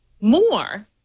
more